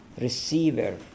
receiver